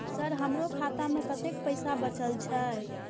Sir हमरो खाता में कतेक पैसा बचल छे?